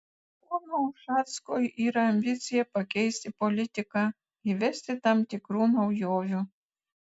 pono ušacko yra ambicija pakeisti politiką įvesti tam tikrų naujovių